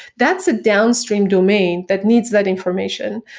that's a downstream domain that needs that information.